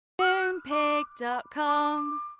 Moonpig.com